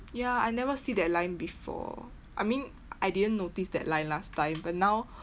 ya I never see that line before I mean I didn't notice that line last time but now